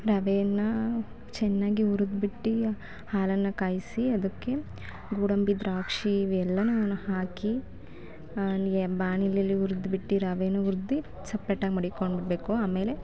ರವೆಯನ್ನು ಚೆನ್ನಾಗಿ ಹುರಿದು ಬಿಟ್ಟು ಹಾಲನ್ನು ಕಾಯಿಸಿ ಅದಕ್ಕೆ ಗೋಡಂಬಿ ದ್ರಾಕ್ಷಿ ಇವೆಲ್ಲನು ಹಾಕಿ ನಿ ಬಾಣಲೆಯಲ್ಲಿ ಹುರ್ದು ಬಿಟ್ಟು ರವೆಯೂ ಹುರ್ದು ಸಪ್ರೇಟಾಗಿ ಮಡಿಕೊಂಡ್ಬಿಡಬೇಕು ಆಮೇಲೆ